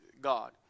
God